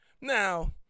now